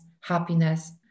happiness